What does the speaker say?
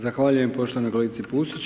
Zahvaljujem poštovanoj kolegici Pusić.